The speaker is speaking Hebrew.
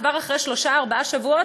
כבר אחרי שלושה-ארבעה שבועות,